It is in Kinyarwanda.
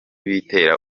bitera